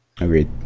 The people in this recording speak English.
Agreed